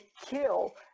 kill